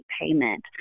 payment